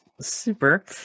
super